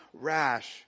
rash